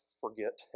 forget